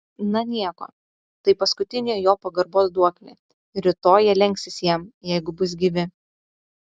na nieko tai paskutinė jo pagarbos duoklė rytoj jie lenksis jam jeigu bus gyvi